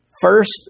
First